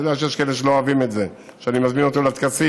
אני יודע שיש כאלה שלא אוהבים את זה שאני מזמין אותו לטקסים,